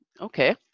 Okay